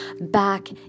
back